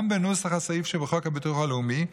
גם בנוסח הסעיף שבחוק הביטוח הלאומי,